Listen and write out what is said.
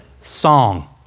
song